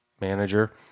manager